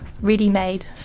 ready-made